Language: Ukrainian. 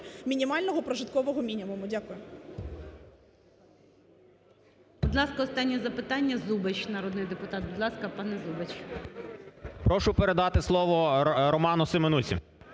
мінімального прожиткового мінімуму. Дякую.